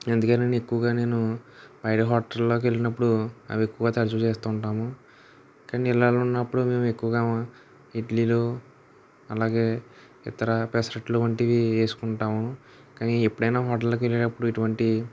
అందుకనే ఎక్కువగా నేను బయట హోటళ్ళోకి వెళ్ళినప్పుడు అవి ఎక్కువగా తరచూ చేస్తూ ఉంటాము కానీ ఇళ్ళలో ఉన్నప్పుడు మేము ఎక్కువగా ఇడ్లీలు అలాగే ఇతర పెసరట్లు వంటివి వేసుకుంటాము కానీ ఎప్పుడైనా హోటళ్ళకి వెళ్ళేటప్పుడు ఇటువంటి